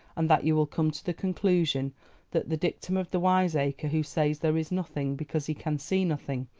and that you will come to the conclusion that the dictum of the wise-acre who says there is nothing because he can see nothing,